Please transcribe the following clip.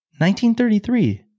1933